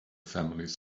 families